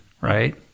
right